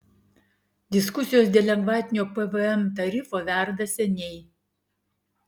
diskusijos dėl lengvatinio pvm tarifo verda seniai